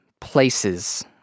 places